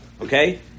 Okay